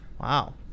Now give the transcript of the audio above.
Wow